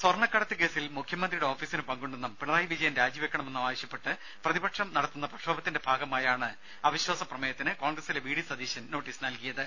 സ്വർണക്കടത്തുകേസിൽ മുഖ്യമന്ത്രിയുടെ ഓഫീസിന് പങ്കുണ്ടെന്നും പിണറായി വിജയൻ രാജിവെക്കണമെന്നും ആവശ്യപ്പെട്ട് പ്രതിപക്ഷം നടത്തുന്ന പ്രക്ഷോഭത്തിന്റെ ഭാഗമായാണ് അവിശ്വാസ പ്രമേയത്തിന് കോൺഗ്രസിലെ വി ഡി സതീശൻ നോട്ടീസ് നൽകിയത്